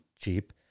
cheap